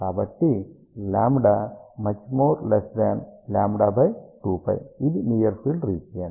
కాబట్టి r λ 2π ఇది near field region